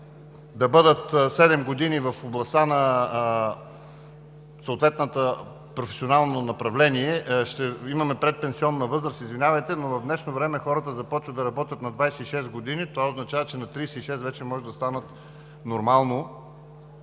да бъдат в областта на съответното професионално направление, ще имаме предпенсионна възраст. Извинявайте, но в днешно време хората започват да работят на 26 години. Това означава, че на 36 г. вече може да станат членове